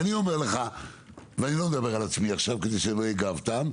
אני לא מדבר על עצמי עכשיו כדי שלא אהיה גאוותן,